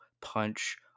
punch